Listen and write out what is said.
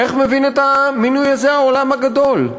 איך מבין את המינוי הזה העולם הגדול?